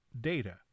data